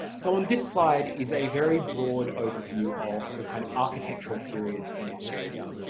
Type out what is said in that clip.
so on this slide is a very broad overview of the kind of architectural periods in australia.